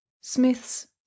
smiths